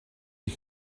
you